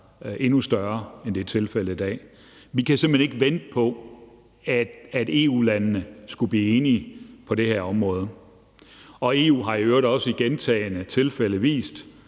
endnu større, end det er tilfældet i dag. Vi kan simpelt hen ikke vente på, at EU-landene skulle blive enige på det her område. EU har i øvrigt også i gentagne tilfælde vist,